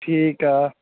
ਠੀਕ ਆ